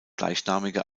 gleichnamige